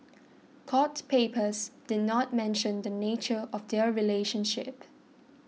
court papers did not mention the nature of their relationship